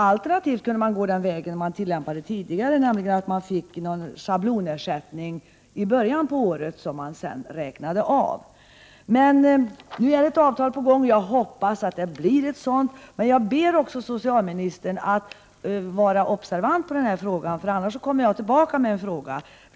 Alternativt kunde man gå den väg som tidigare tillämpats, nämligen att det i början på året utbetalas en schablonersättning, som sedan avräknas. Ett avtal är dock nu på gång, och jag hoppas att ett sådant skall komma till stånd. Jag vill be socialministern att vara observant i denna fråga. Om så behövs återkommer jag med en ny fråga.